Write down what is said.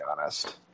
honest